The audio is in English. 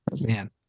Man